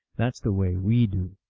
that s the way we do.